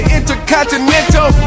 Intercontinental